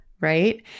right